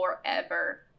forever